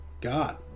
God